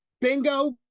Bingo